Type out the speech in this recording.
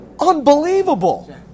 Unbelievable